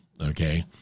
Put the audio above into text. okay